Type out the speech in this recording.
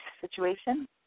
situation